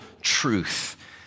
truth